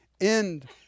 end